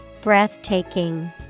breathtaking